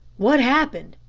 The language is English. what happened?